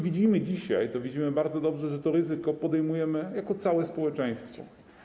Widzimy dzisiaj bardzo dobrze, że to ryzyko podejmujemy jako całe społeczeństwo.